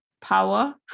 power